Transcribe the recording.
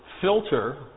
filter